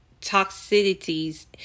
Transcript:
toxicities